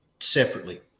separately